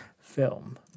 film